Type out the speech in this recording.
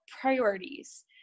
priorities